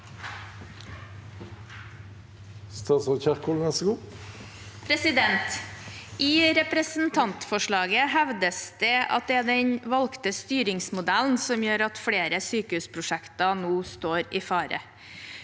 I representant- forslaget hevdes det at det er den valgte styringsmodellen som gjør at flere sykehusprosjekter nå står i fare.